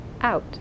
out